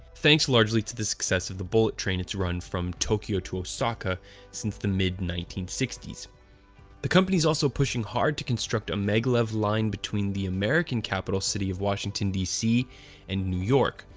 thanks largely to the success of the bullet train it's run from tokyo to osaka since the mid nineteen sixty the company's also pushing hard to construct a maglev line between the american capital city of washington dc and new york,